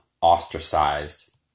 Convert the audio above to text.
ostracized